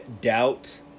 Doubt